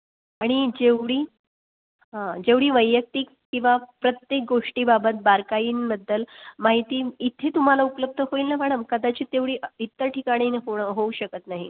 आणि जेवढी हा जेवढी वैयक्तिक किंवा प्रत्येक गोष्टीबाबत बारकाईंबद्दल माहिती इथे तुम्हाला उपलब्ध होईल ना मॅडम कदाचित तेवढी इतर ठिकाणी होणं होऊ शकत नाही